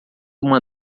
uma